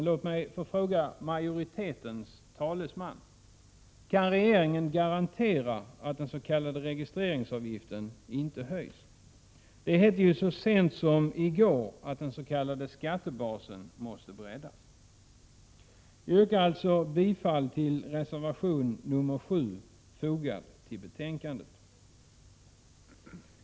Låt mig då få fråga majoritetens talesman: Kan regeringen garantera att den s.k. registreringsavgiften inte höjs? Det hette ju så sent som i går att den s.k. skattebasen måste breddas. Jag yrkar alltså bifall till reservation nr 7, fogad till betänkandet.